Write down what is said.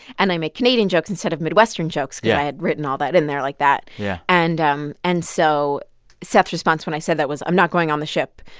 and i make canadian jokes instead of midwestern jokes. yeah. because i had written all that in there like that yeah and um and so seth's response when i said that was, i'm not going on the ship.